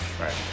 Right